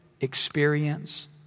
experience